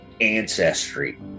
ancestry